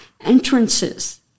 entrances